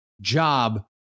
job